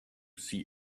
see